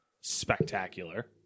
spectacular